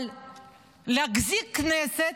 אבל להחזיק כנסת,